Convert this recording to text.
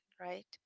right